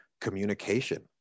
communication